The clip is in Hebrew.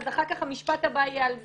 אז אחר כך המשפט הבא יהיה על זה.